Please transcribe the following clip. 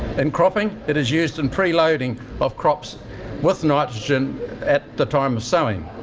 in cropping, it is used in pre-loading of crops with nitrogen at the time of sowing.